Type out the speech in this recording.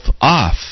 off